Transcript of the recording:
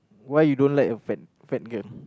why you don't like a fat fat girl